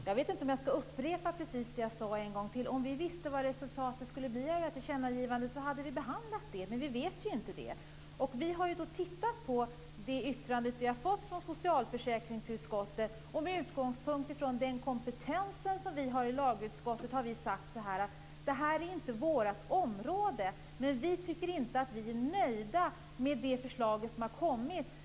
Herr talman! Jag vet inte om jag en gång till skall upprepa det jag sade. Om vi visste vad resultatet av ett tillkännagivande skulle bli, hade vi behandlat det, men vi vet det ju inte. Vi har tittat på det yttrande vi har fått från socialförsäkringsutskottet. Med utgångspunkt i den kompetens vi har i lagutskottet har vi sedan sagt att det här inte är vårt område men att vi inte är nöjda med det förslag som har kommit.